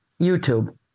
YouTube